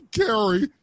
carry